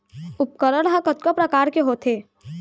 उपकरण हा कतका प्रकार के होथे?